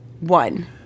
One